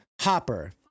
Hopper